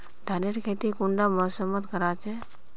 धानेर खेती कुंडा मौसम मोत करा जा?